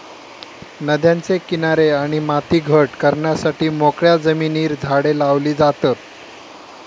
नद्यांचे किनारे आणि माती घट करण्यासाठी मोकळ्या जमिनीर झाडे लावली जातत